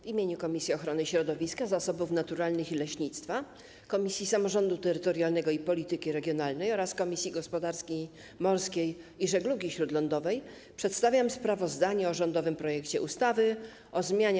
W imieniu Komisji Ochrony Środowiska, Zasobów Naturalnych i Leśnictwa, Komisji Samorządu Terytorialnego i Polityki Regionalnej oraz Komisji Gospodarki Morskiej i Żeglugi Śródlądowej przedstawiam sprawozdanie o rządowym projekcie ustawy o zmianie